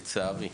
לצערי.